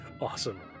Awesome